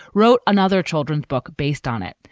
wrote another children's book based on it.